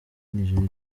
nigeria